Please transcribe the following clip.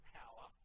power